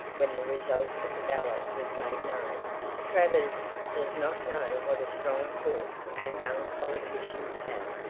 when the result of the ballot was made known travers does not know what a strong pull our young politicians have.